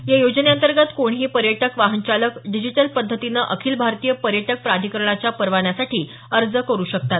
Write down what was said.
या योजनेअंतर्गत कोणीही पर्यटक वाहन चालक डिजिटल पद्धतीने अखिल भारतीय पर्यटक प्राधिकरणाच्या परवान्यासाठी अर्ज करू शकतात